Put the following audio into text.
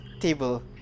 table